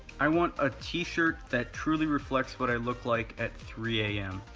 i want a t-shirt that truly reflects what i look like at three am.